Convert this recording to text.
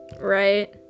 right